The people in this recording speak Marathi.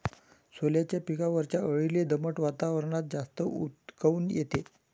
सोल्याच्या पिकावरच्या अळीले दमट वातावरनात जास्त ऊत काऊन येते?